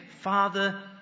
Father